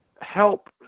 help